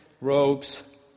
robes